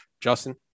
Justin